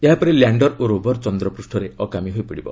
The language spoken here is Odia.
ଏହାପରେ ଲ୍ୟାଣ୍ଡର ଓ ରୋଭର ଚନ୍ଦ୍ରପୂଷ୍ଠରେ ଅକାମୀ ହୋଇପଡ଼ିବ